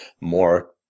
more